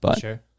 Sure